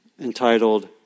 entitled